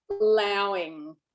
allowing